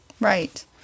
Right